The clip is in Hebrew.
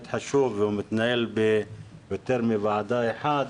חשוב הזה והוא מתנהל ביותר מוועדה אחת.